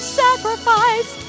sacrifice